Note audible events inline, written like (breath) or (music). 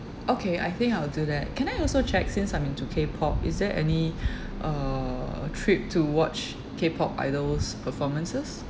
okay I think I'll do that can I also check since I'm into K pop is there any (breath) uh trip to watch K pop idols' performances